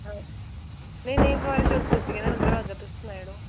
हां नेईं नेईं फोआरा चौक पुज्जी जाना मतलब अग्गै तुस सनाई ओड़ो